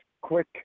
quick